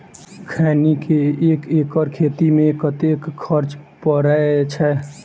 खैनी केँ एक एकड़ खेती मे कतेक खर्च परै छैय?